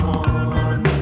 on